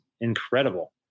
incredible